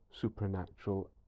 supernatural